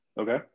Okay